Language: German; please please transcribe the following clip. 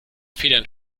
federn